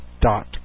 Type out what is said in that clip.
dot